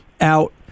out